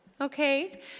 okay